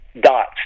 dots